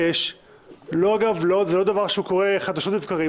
זה לא דבר שקורה חדשות לבקרים.